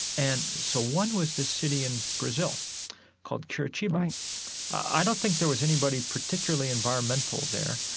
and so one was this city in brazil called curitiba right i don't think there was anybody particularly environmental there.